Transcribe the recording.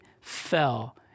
fell